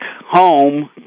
home